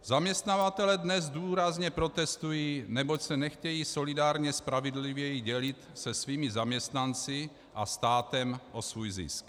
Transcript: Zaměstnavatelé dnes důrazně protestují, neboť se nechtějí solidárně spravedlivěji dělit se svými zaměstnanci a státem o svůj zisk.